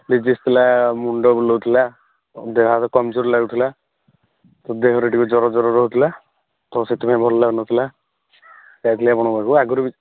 disease ଥିଲା ମୁଣ୍ଡ ବୁଲାଉଥିଲା ଦେହ ହାତ କମ୍ଜୋର୍ ଲାଗୁଥିଲା ଦେହରେ ଟିକିଏ ଜ୍ଵର ଜ୍ଵର ରହୁଥିଲା ତ ସେଥିପାଇଁ ଭଲ ଲାଗୁନଥିଲା ଯାଇଥିଲି ଆପଣଙ୍କ ପାଖକୁ ଆଗରୁ ବି